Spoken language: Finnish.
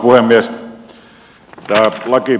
arvoisa puhemies